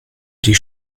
die